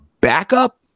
backup